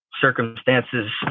circumstances